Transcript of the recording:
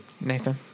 Nathan